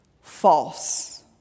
false